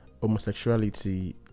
homosexuality